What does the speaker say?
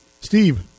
Steve